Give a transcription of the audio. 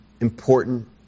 Important